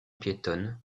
piétonne